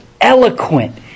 eloquent